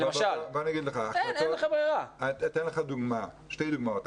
אתן לך שתי דוגמאות.